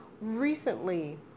Recently